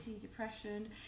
depression